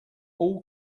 all